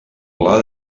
pla